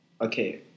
Okay